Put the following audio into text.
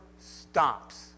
stops